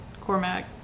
Cormac